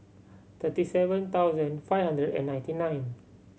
thirty seven thousand five hundred and ninety nine